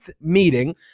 meeting